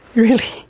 really!